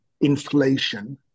inflation